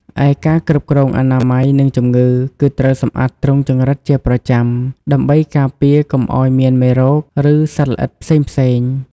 ឯការគ្រប់គ្រងអនាម័យ និងជំងឺ គឺត្រូវសម្អាតទ្រុងចង្រិតជាប្រចាំ ដើម្បីការពារកុំឲ្យមានមេរោគ ឬសត្វល្អិតផ្សេងៗ។